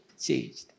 changed